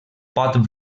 pot